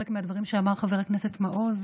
חלק מהדברים שאמר חבר הכנסת מעוז